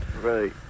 Right